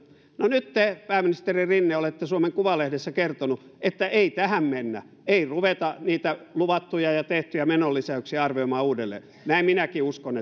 no nyt te pääministeri rinne olette suomen kuvalehdessä kertonut että ei tähän mennä ei ruveta niitä luvattuja ja tehtyjä menolisäyksiä arvioimaan uudelleen minäkin uskon